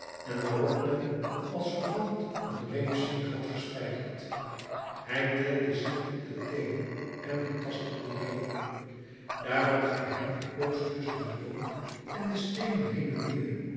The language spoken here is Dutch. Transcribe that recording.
en waarop men als verband een reep zink had gespijkerd hij tilde zich op de teenen en betastte die reep daarop ging hij een poos tusschen den boom en de steenen heen en weer